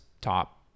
top